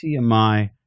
TMI